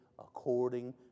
According